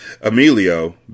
Emilio